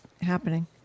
happening